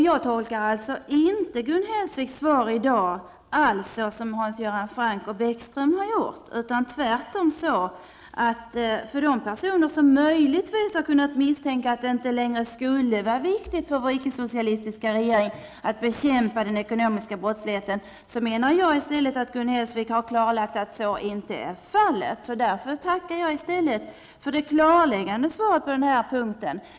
Jag tolkar alltså inte Gun Hellsviks svar i dag såsom Hans Göran Franck och Lars Bäckström har tolkat det. För de personer som möjligtvis har kunnat misstänka att vår icke-socialistiska regering inte skulle anse att det är viktigt att bekämpa den ekonomiska brottsligheten, har Gun Hellsvik tvärtom klarlagt att så icke är fallet. Därför tackar jag för det klarläggande svaret på den punkten.